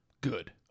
good